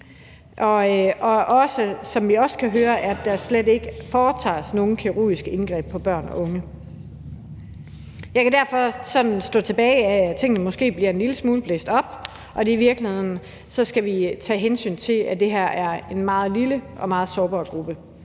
Og som vi også kan høre, foretages der slet ikke nogen kirurgiske indgreb på børn og unge. Jeg kan derfor sådan lade stå tilbage, at tingene måske bliver blæst en lille smule op, og i virkeligheden skal vi tage hensyn til, at det her er en meget lille og meget sårbar gruppe.